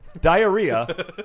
diarrhea